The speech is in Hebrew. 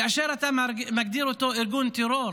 כאשר אתה מגדיר אותו ארגון טרור,